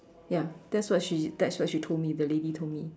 ya that's what she that's what she told me the lady told me